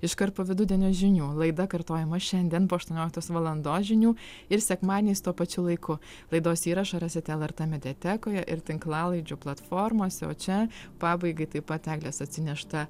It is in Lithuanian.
iškart po vidudienio žinių laida kartojama šiandien po aštuonioliktos valandos žinių ir sekmadieniais tuo pačiu laiku laidos įrašą rasite lrt mediatekoje ir tinklalaidžių platformose o čia pabaigai tai pat eglės atsinešta